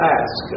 ask